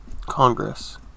Congress